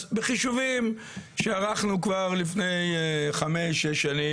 אז בחישובים שערכנו כבר לפני 5-6 שנים,